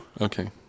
Okay